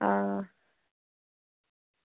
हां